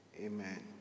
Amen